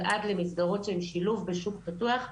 ועד למסגרות שהן שילוב בשוק פתוח,